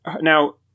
now